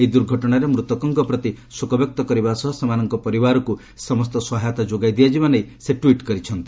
ଏହି ଦୁର୍ଘଟଣାରେ ମୃତକଙ୍କ ପ୍ରତି ଶୋକ ବ୍ୟକ୍ତ କରିବା ସହ ସେମାନଙ୍କ ପରିବାରକୁ ସମସ୍ତ ସହାୟତା ଯୋଗାଇ ଦିଆଯିବା ନେଇ ସେ ଟ୍ୱିଟ୍ କରିଛନ୍ତି